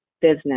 business